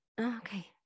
Okay